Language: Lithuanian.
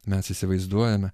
mes įsivaizduojame